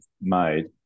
made